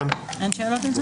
אין שאלות על זה?